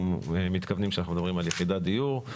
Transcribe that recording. מתכוונים כשאנחנו מדברים על יחידת דיור.